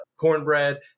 cornbread